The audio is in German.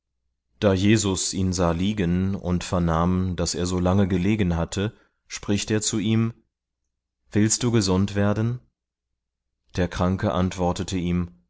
da jesus ihn sah liegen und vernahm daß er so lange gelegen hatte spricht er zu ihm willst du gesund werden der kranke antwortete ihm